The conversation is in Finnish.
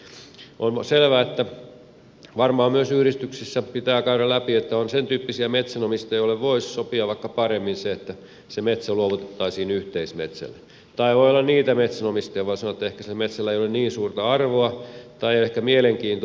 on selvää että varmaan myös yhdistyksissä pitää käydä läpi että on sentyyppisiä metsänomistajia joille voisi sopia vaikka paremmin se että se metsä luovutettaisiin yhteismetsälle tai voi olla niitä metsänomistajia jotka sanovat että ehkä sillä metsällä ei ole niin suurta arvoa tai ehkä mielenkiintoa